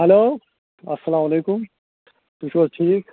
hello السلام علیکُم تُہۍ چھُو حظ ٹھیک